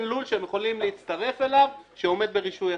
לול שהם יכולים להצטרף אליו שעומד ברישוי עסקים.